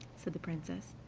said the princess,